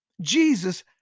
Jesus